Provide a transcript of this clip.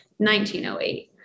1908